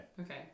Okay